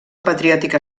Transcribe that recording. patriòtica